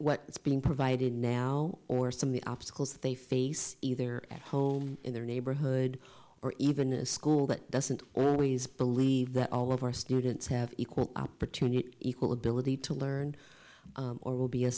what is being provided now or some of the obstacles they face either at home in their neighborhood or even a school that doesn't always believe that all of our students have equal opportunity equal ability to learn or will be a